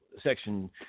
Section